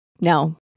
no